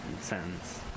sentence